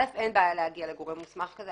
אין בעיה להגיע לגורם מוסמך כזה.